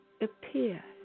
appear